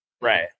right